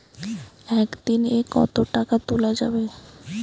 একদিন এ কতো টাকা তুলা যাবে?